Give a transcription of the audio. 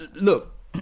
look